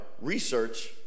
research